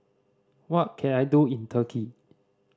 what can I do in Turkey